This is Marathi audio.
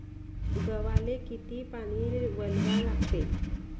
गव्हाले किती पानी वलवा लागते?